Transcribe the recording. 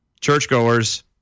Churchgoers